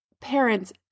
parents